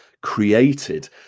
created